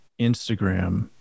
Instagram